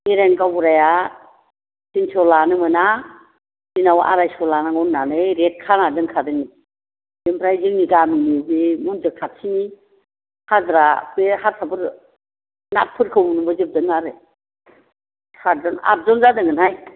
villain गावबुराया थिनस' लानो मोना दिनाव आरायस' लानांगौ होननानै रेट खानानै दोनखादोंनो ओमफ्राय जोंनि गामिनि बे मन्दिर खाथिनि हाग्रा बे हारसाफोर नाथफोरखौ लिंबोजोबदों आरो सातज'न आदज'न जादोंनो हाय